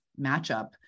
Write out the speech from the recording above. matchup